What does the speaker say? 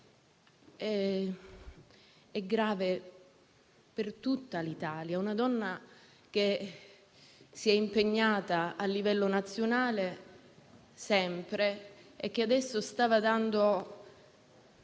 è grave per tutta l'Italia; una donna che si è sempre impegnata a livello nazionale e che adesso stava dando